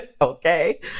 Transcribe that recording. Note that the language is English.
Okay